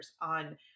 on